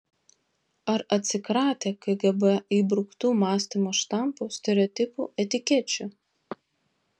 ar atsikratę kgb įbruktų mąstymo štampų stereotipų etikečių